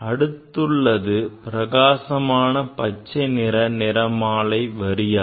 அடுத்துள்ளது பிரகாசமான பச்சை நிற நிறமாலை வரியாகும்